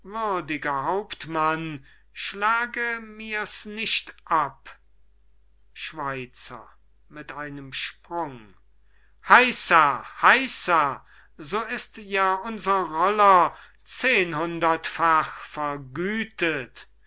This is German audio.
hauptmann schlage mir's nicht ab schweizer mit einem sprung heysa heysa so ist ja unser roller zehnhundertfach vergütet